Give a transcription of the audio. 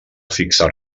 fixar